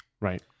Right